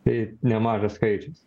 tai nemažas skaičius